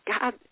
God